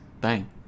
bang